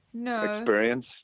experience